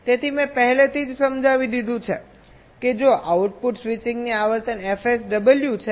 તેથી મેં પહેલેથી જ સમજાવી દીધું છે કે જો આઉટપુટ સ્વિચિંગની આવર્તન fSW છે